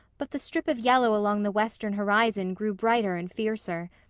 but the strip of yellow along the western horizon grew brighter and fiercer,